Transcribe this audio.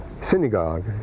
synagogue